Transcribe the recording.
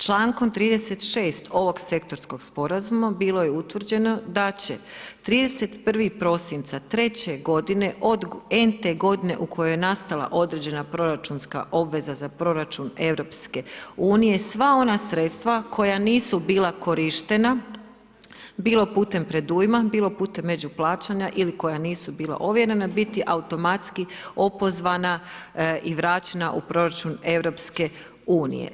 Člankom 36. ovog sektorskog sporazuma bilo je utvrđeno da će 31. prosinca 3. godine od n-te godine u kojoj je nastala određena proračunska obveza za proračun europske unije, sva ona sredstva koja nisu bila korištena, bilo putem predujma, bilo putem međuplaćanja ili koja nisu bila ovjerena biti automatski opozvana i vraćena u proračun EU.